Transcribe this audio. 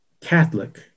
catholic